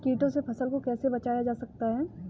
कीटों से फसल को कैसे बचाया जा सकता है?